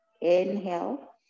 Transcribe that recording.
Inhale